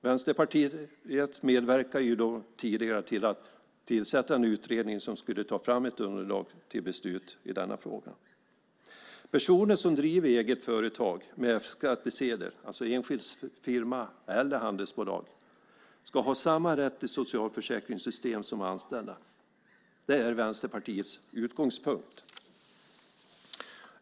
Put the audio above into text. Vänsterpartiet medverkade tidigare till att tillsätta en utredning som skulle ta fram ett underlag till beslut i denna fråga. Personer som driver eget företag med F-skattsedel, alltså enskild firma eller handelsbolag, ska ha samma rätt till socialförsäkringssystem som anställda. Det är Vänsterpartiets utgångspunkt.